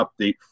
update